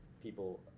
people